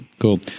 Cool